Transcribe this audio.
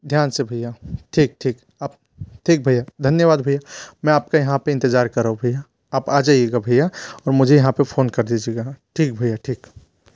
ध्यान से भईया ठीक ठीक आप ठीक भईया धन्यवाद भईया मैं आपका यहाँ पे इंतजार करा हूँ भईया आप आ जाइएगा भईया और मुझे यहाँ पे फोन कर दीजिएगा हाँ ठीक हे भईया ठीक